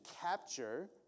capture